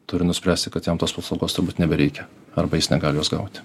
turi nuspręsti kad jam tos paslaugos turbūt nebereikia arba jis negali jos gauti